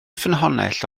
ffynhonnell